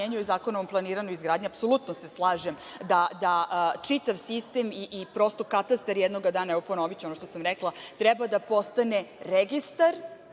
i Zakonom o planiranju i izgradnji. Apsolutno se slažem da čitav sistem i prosto katastar jednoga dana, ponoviću ono što sam rekla, treba da postane registar